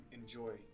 enjoy